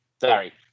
Sorry